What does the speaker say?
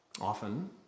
often